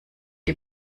die